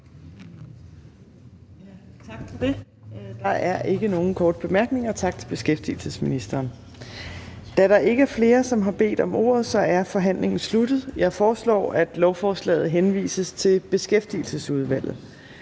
Tak for det. Der er ikke nogen korte bemærkninger. Tak til beskæftigelsesministeren. Da der ikke er flere, som har bedt om ordet, er forhandlingen sluttet. Jeg foreslår, at lovforslaget henvises til Beskæftigelsesudvalget.